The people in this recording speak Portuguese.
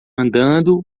andando